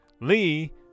Lee